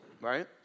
right